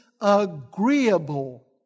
agreeable